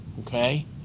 okay